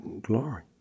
glory